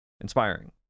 inspiring